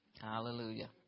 Hallelujah